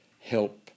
help